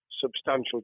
substantial